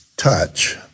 touch